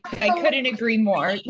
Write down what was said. i couldn't agree more.